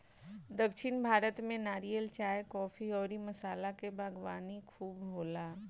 दक्षिण भारत में नारियल, चाय, काफी अउरी मसाला के बागवानी खूब होला